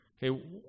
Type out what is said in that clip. Hey